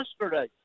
yesterday